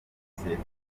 sosiyete